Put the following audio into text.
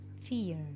fear